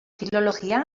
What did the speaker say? filologia